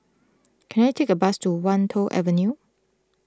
can I take a bus to Wan Tho Avenue